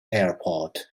airport